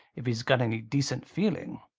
if he's got any decent feeling.